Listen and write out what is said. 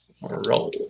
Roll